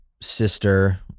sister